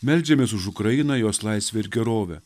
meldžiamės už ukrainą jos laisvę ir gerovę